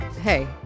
Hey